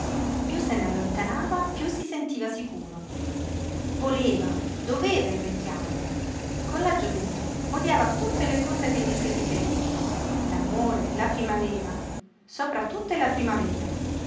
piú se n'allontanava piú si sentiva sicuro voleva doveva invecchiare con la gioventú odiava tutte le cose che le si riferivano l'amore la primavera sopra tutte la primavera